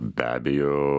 be abejo